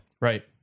Right